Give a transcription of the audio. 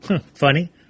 Funny